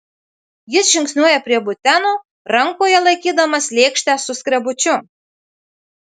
jis žingsniuoja prie buteno rankoje laikydamas lėkštę su skrebučiu